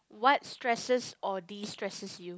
what stresses or destresses you